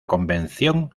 convención